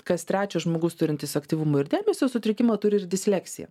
kas trečias žmogus turintis aktyvumo ir dėmesio sutrikimą turi ir disleksiją